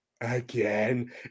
again